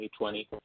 2020